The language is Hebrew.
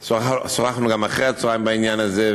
וגם שוחחנו אחרי הצהריים בעניין הזה,